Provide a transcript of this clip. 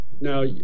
Now